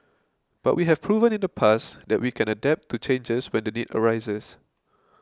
but we have proven in the past that we can adapt to changes when the need arises